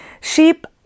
sheep